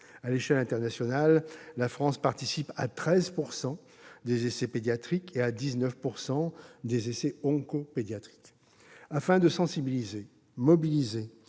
À l'échelle internationale, la France participe à 13 % des essais pédiatriques et à 19 % des essais oncopédiatriques. Afin de sensibiliser, mobiliser